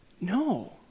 no